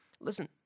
listen